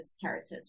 characters